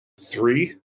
three